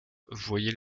voyait